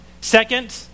Second